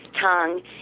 tongue